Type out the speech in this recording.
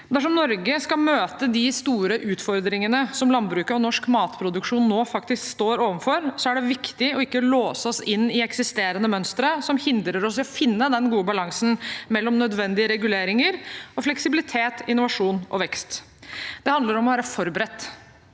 Dersom Norge skal møte de store utfordringene som landbruket og norsk matproduksjon nå faktisk står overfor, er det viktig å ikke låse oss inn i eksisterende mønstre som hindrer oss i å finne den gode balansen mellom nødvendige reguleringer og fleksibilitet, innovasjon og vekst. Det handler om å være forberedt.